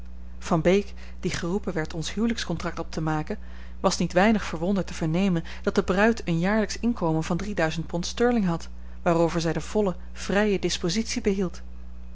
van beek die geroepen werd ons huwelijkscontract op te maken was niet weinig verwonderd te vernemen dat de bruid een jaarlijksch inkomen van drieduizend pond sterling had waarover zij de volle vrije dispositie behield